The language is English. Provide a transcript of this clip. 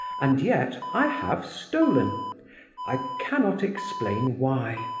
and yet i have stolen i cannot explain why.